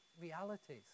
realities